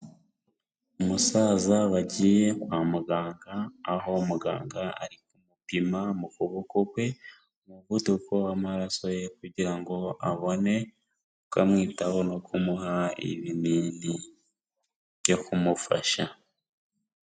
Umusaza wagiye kwa muganga aho muganga ari kumupima mu kuboko kwe umuvuduko w'amaraso ye kugira ngo abone uko amwitaho no kumuha ibini byo kumufasha.